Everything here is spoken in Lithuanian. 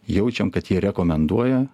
jaučiam kad jie rekomenduoja